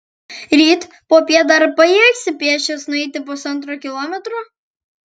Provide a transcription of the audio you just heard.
ryt popiet dar pajėgsi pėsčias nueiti pusantro kilometro